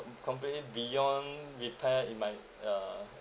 completely beyond repair in my ya